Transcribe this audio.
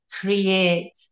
create